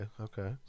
okay